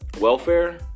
welfare